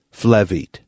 Flevit